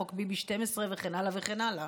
חוק ביבי 12 וכן הלאה וכן הלאה.